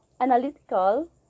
analytical